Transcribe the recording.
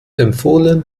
empfohlen